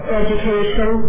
education